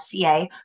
FCA